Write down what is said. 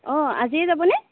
অঁ আজিয়েই যাবনে